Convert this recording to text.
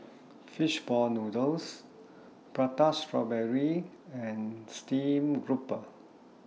Fish Ball Noodles Prata Strawberry and Steamed Garoupa